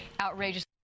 outrageous